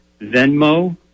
Venmo